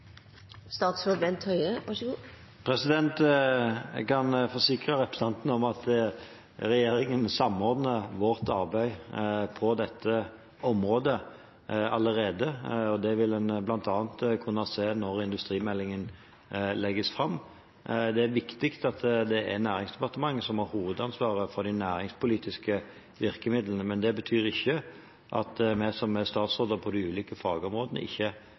Jeg kan forsikre representanten om at regjeringen allerede samordner arbeidet på dette området, og det vil en kunne se bl.a. når industrimeldingen legges fram. Det er viktig at næringsdepartementet har hovedansvaret for de næringspolitiske virkemidlene, men det betyr ikke at vi som er statsråder for de ulike fagområdene, ikke